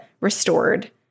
restored